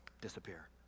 disappear